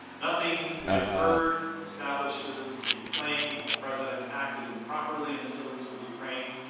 nothing we have heard establishes a claim that the president acted improperly in his dealings with ukraine,